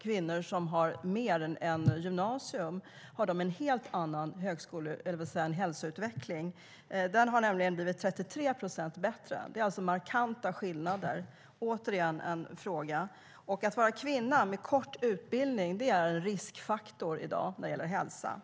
Kvinnor som har mer än gymnasieutbildning har en helt annan hälsoutveckling. Den har nämligen blivit 33 procent bättre. Det är alltså markanta skillnader. Att vara kvinna med kort utbildning är en riskfaktor i dag när det gäller hälsa.